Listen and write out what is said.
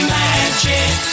magic